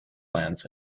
plans